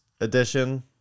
edition